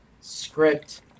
script